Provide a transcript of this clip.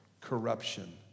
corruption